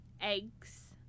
eggs